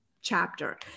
chapter